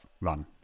run